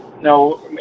No